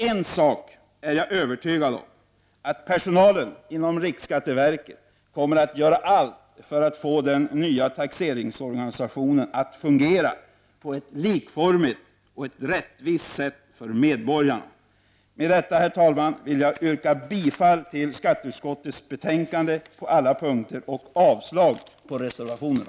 En sak är jag övertygad om, nämligen att personalen inom riksskatteverket kommer att göra allt för att få den nya taxeringsorganisationen att fungera på ett likformigt och rättvist sätt för medborgarna. Herr talman! Med detta vill jag yrka bifall till hemställan i skatteutskottets betänkande på alla punkter och avslag på reservationerna.